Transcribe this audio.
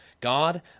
God